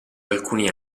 alcuni